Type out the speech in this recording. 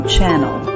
Channel